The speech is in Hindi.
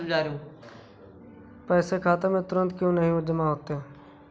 पैसे खाते में तुरंत क्यो नहीं जमा होते हैं?